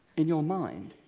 in your mind.